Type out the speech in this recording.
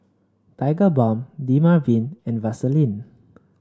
where is Vaselink